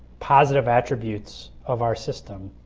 positive attributes of our system.